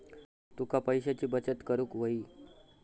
तुका पैशाची बचत करूक हवी